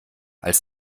als